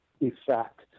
effect